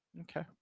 okay